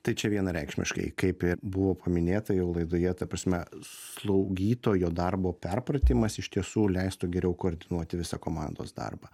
tai čia vienareikšmiškai kaip ir buvo paminėta jau laidoje ta prasme slaugytojo darbo perpratimas iš tiesų leistų geriau koordinuoti visą komandos darbą